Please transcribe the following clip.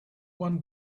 one